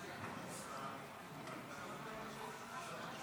להלן תוצאות